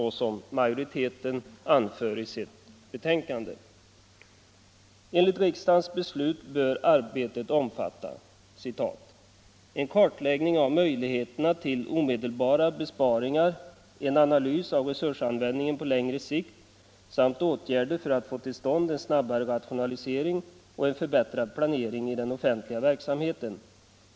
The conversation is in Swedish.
Enligt riksdagens beslut bör arbetet omfatta ”en kartläggning av möjligheterna till omedelbara besparingar, en analys av resursanvändningen på längre sikt samt åtgärder för att få till stånd en snabbare rationalisering och en förbättrad planering i den offentliga verksamheten.